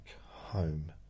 home